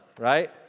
Right